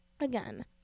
again